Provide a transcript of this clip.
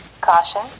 Caution